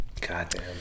Goddamn